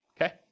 okay